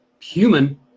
human